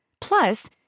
Plus